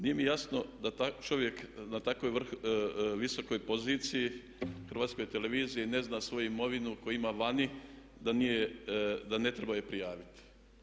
Nije mi jasno da čovjek na tako visokoj poziciji Hrvatskoj televiziji ne zna svoju imovinu koju ima vani, da ne treba je prijaviti.